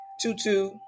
tutu